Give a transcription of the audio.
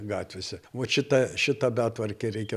gatvėse vat šitą šitą betvarkę reikia